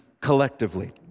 collectively